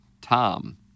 Tom